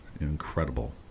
incredible